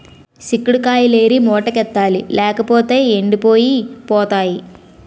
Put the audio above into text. సిక్కుడు కాయిలేరి మూటకెత్తాలి లేపోతేయ్ ఎండిపోయి పోతాయి